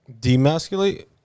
Demasculate